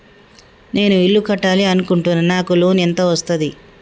నేను ఇల్లు కట్టాలి అనుకుంటున్నా? నాకు లోన్ ఎంత వస్తది?